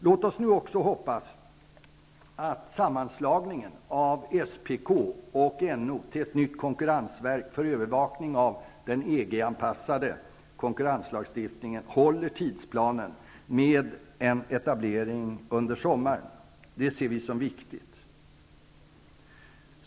Låt oss nu också hoppas att sammanslagningen av SPK och NO till ett nytt konkurrensverk för övervakning av den EG-anpassade konkurrenslagstiftningen håller tidsplanen med en etablering under sommaren. Det ser vi som viktigt.